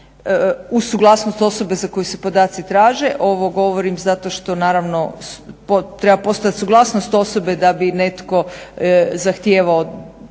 uz suglasnost osobe za koju se podaci traže, ovo govorim zato što naravno treba postojat suglasnost osobe da bi netko zahtijevao